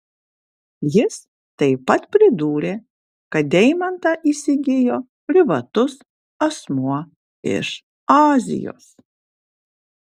jis taip pat pridūrė kad deimantą įsigijo privatus asmuo iš azijos